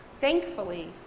Thankfully